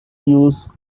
use